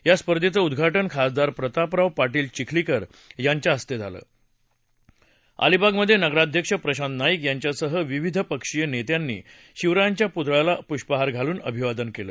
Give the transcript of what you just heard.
या स्पर्धेचं उद्घाटन खासदार प्रतापराव पाटील चिखलीकर यांच्या हस्ते झालं अलिबागमध्ये नगराध्यक्ष प्रशांत नाईक यांच्यासह विविध पक्षीय नेत्यांनी शिवरायांच्या पुतळ्यालापुष्पहार घालून अभिवादन केलं